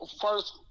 first